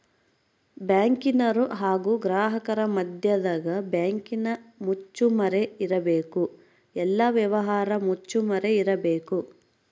ಬ್ಯಾಂಕಿನರು ಹಾಗು ಗ್ರಾಹಕರ ಮದ್ಯದಗ ಬ್ಯಾಂಕಿನ ಮುಚ್ಚುಮರೆ ಇರಬೇಕು, ಎಲ್ಲ ವ್ಯವಹಾರ ಮುಚ್ಚುಮರೆ ಇರಬೇಕು